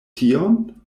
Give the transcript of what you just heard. tion